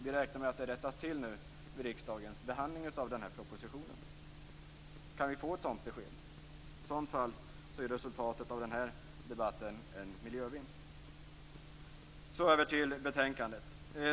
Vi räknar med att det rättas till nu vid riksdagens behandling av propositionen. Kan vi få ett sådant besked? I så fall är resultatet av den här debatten en miljövinst. Så över till betänkandet.